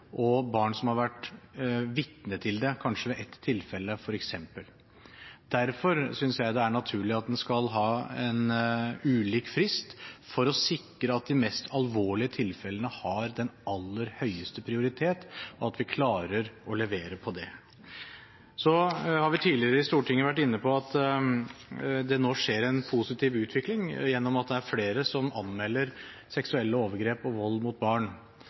og barn som har vært vitne til det, kanskje ved ett tilfelle. Derfor synes jeg det er naturlig at en skal ha ulike frister, for å sikre at de mest alvorlige tilfellene har den aller høyeste prioritet, og at vi klarer å levere med tanke på det. Så har vi tidligere i Stortinget vært inne på at det nå skjer en positiv utvikling gjennom at det er flere som anmelder seksuelle overgrep og vold mot barn,